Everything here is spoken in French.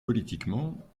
politiquement